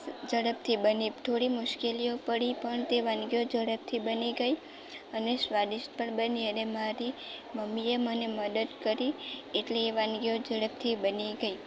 ઝડપથી બની થોડી મુશ્કેલીઓ પડી પણ તે વાનગીઓ ઝડપથી બની ગઈ અને સ્વાદિષ્ટ પણ બની અને મારી મમ્મીએ મને મદદ કરી એટલે એ વાનગીઓ ઝડપથી બની ગઈ